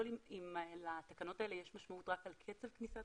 אם לתקנות האלה יש משמעות רק על קצב כניסת